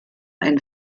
ein